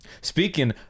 Speaking